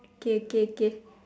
K K K